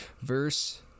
verse